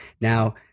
Now